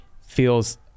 feels